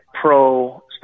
pro